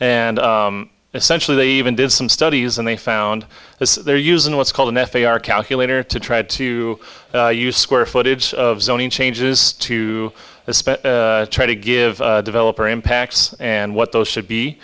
and essentially they even did some studies and they found this they're using what's called an f a r calculator to try to use square footage of zoning changes to a spec try to give developer impacts and what those should be